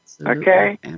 okay